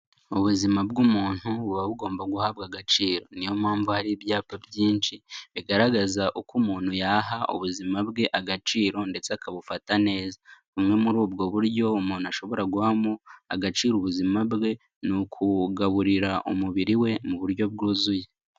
Ubuzima bw'umuntu buba bugomba guhabwa agaciro, niyo mpamvu hari ibyapa byinshi bigaragaza uko umuntu yaha ubuzima bwe agaciro ndetse akabufata neza, bumwe muri ubwo buryo umuntu ashobora guhamo agaciro ubuzima bwe, ni ukugaburira umubiri we mu buryo bwuzuye.